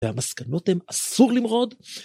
והמסקנות הן אסור למרוד.